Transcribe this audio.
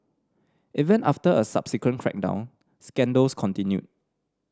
even after a subsequent crackdown scandals continued